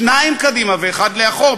שניים קדימה ואחד לאחור,